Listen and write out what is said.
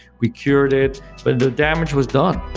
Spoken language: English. we cured it, but the damage was done